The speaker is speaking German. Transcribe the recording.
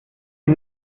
sie